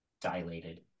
dilated